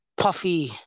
puffy